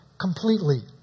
completely